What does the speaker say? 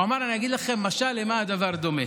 הוא אמר להם, אני אגיד לכם משל למה הדבר דומה: